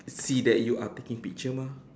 see that you are taking picture mah